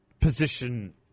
position